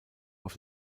auf